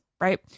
right